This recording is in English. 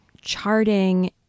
charting